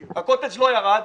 הקוטג' לא ירד.